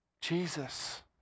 Jesus